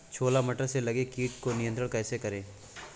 छोला मटर में लगे कीट को नियंत्रण कैसे करें?